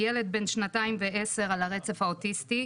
ילד בן שנתיים ו-10 חודשים על הרצף האוטיסטי,